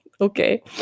Okay